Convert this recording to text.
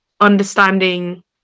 understanding